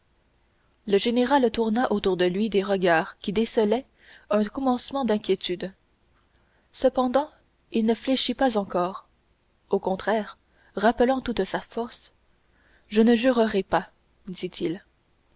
le général tourna autour de lui des regards qui décelaient un commencement d'inquiétude cependant il ne fléchit pas encore au contraire rappelant toute sa force je ne jurerai pas dit-il